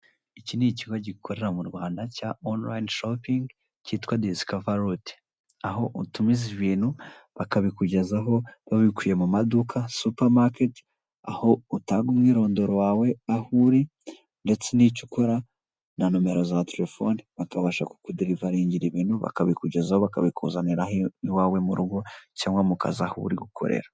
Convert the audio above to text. Iki ni ikigo gikorera mu Rwanda cya onulayini shopingi kitwa disikava ruti aho utumiza ibintu bakabikugezaho babikuye mu maduka supamaketi, aho utanga umwirondoro wawe, aho uri ndetse n'icyo ukora na nomero za terefone bakabasha kukuderivaringira ibintu bakabikugezaho bakabikuzanira aho iwawe mu rugo cyangwa mu kazi aho uri gukorera.